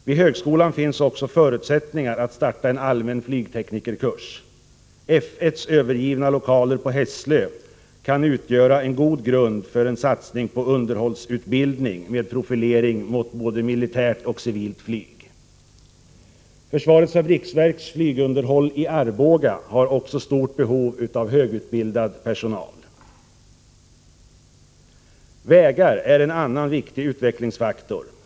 Vid högskolan finns också förutsättningar att starta en allmän flygteknikerkurs. F 1:s övergivna lokaler på Hässlö kan utgöra en god grund för en satsning på underhållsutbildning med profilering mot både militärt och civilt flyg. Försvarets fabriksverks flygunderhåll i Arboga har också stort behov av högutbildad personal. Vägar är en annan viktig utvecklingsfaktor.